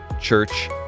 church